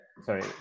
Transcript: Sorry